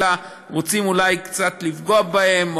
אלא רוצים אולי קצת לפגוע בהם,